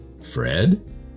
Fred